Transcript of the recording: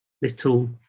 little